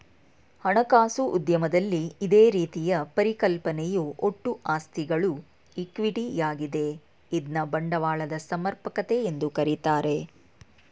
ಹಣಕಾಸು ಉದ್ಯಮದಲ್ಲಿ ಇದೇ ರೀತಿಯ ಪರಿಕಲ್ಪನೆಯು ಒಟ್ಟು ಆಸ್ತಿಗಳು ಈಕ್ವಿಟಿ ಯಾಗಿದೆ ಇದ್ನ ಬಂಡವಾಳದ ಸಮರ್ಪಕತೆ ಎಂದು ಕರೆಯುತ್ತಾರೆ